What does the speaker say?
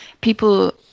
people